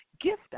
gift